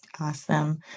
Awesome